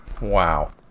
Wow